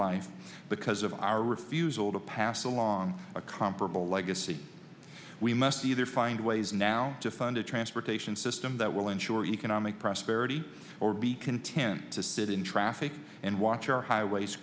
life because of our refusal to pass along a comparable legacy we must either find ways now to fund a transportation system that will ensure economic prosperity or be content to sit in traffic and watch our highways